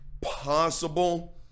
possible